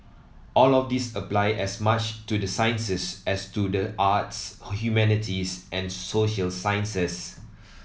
all of these apply as much to the sciences as to the arts humanities and social sciences